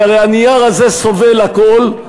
כי הרי הנייר הזה סובל הכול,